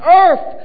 earth